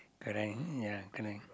correct ya correct